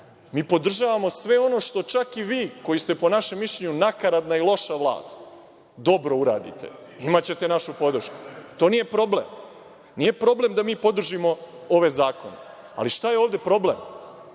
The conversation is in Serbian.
Mi podržavamo sve ono što čak i vi, koji ste po našem mišljenju nakaradna i loša vlast, dobro uradite. Imaćete našu podršku, to nije problem. Nije problem da mi podržimo ove zakone. Ali, šta je ovde problem?